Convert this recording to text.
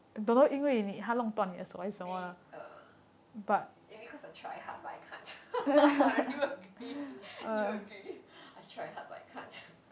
may~ err maybe cause I try hard but I can't do you agree do you agree I try hard but I can't